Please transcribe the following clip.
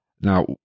Now